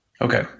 Okay